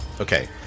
Okay